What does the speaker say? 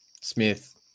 Smith